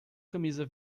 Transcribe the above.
camisa